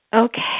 Okay